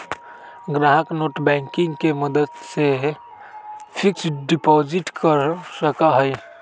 ग्राहक नेटबैंकिंग के मदद से फिक्स्ड डिपाजिट कर सका हई